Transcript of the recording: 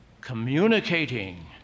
communicating